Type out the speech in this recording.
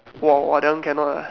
!wow! !wah! that one cannot ah